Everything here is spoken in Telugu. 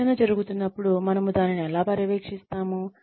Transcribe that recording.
శిక్షణ జరుగుతున్నప్పుడు మనము దానిని ఎలా పర్యవేక్షిస్తాము